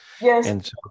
yes